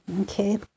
Okay